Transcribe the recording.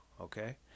okay